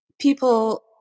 People